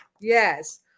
yes